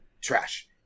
trash